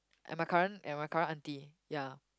and my current and my current auntie ya